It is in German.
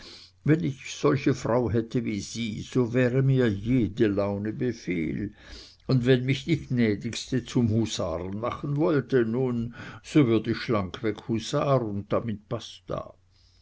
wenn ich solche frau hätte wie sie so wäre mir jede laune befehl und wenn mich die gnädigste zum husaren machen wollte nun so würd ich schlankweg husar und damit basta